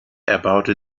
erbaute